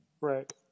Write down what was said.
Right